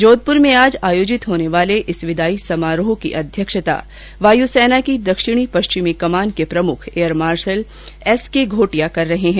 जोधपुर में आज आयोजित होने वाले इस विदाई समारोह की अध्यक्षता वायुसेना की दक्षिणी पश्चिमी कमान के प्रमुख air marshal S K Ghotia कर रहे है